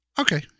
Okay